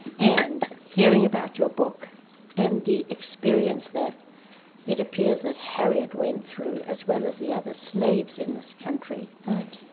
and hearing about your book and the experience that it appears that harriet went through as well as the other slaves in this country right.